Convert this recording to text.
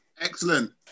excellent